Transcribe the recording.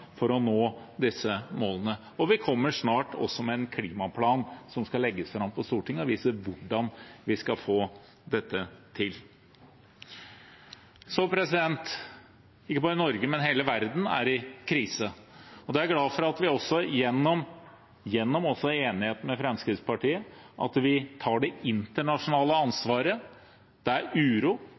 for å nå disse målene. Vi kommer snart med en klimaplan som skal legges fram for Stortinget og vise hvordan vi skal få dette til. Ikke bare Norge, men hele verden er i krise. Da er jeg glad for at vi gjennom enigheten med Fremskrittspartiet tar det internasjonale ansvaret der det er uro